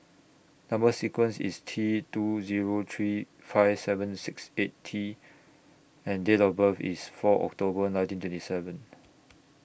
Number sequence IS T two Zero three five seven six eight T and Date of birth IS four October nineteen twenty seven